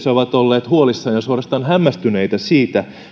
ovat olleet huolissaan ja suorastaan hämmästyneitä siitä